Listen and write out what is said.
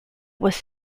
was